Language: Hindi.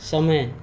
समय